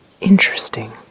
interesting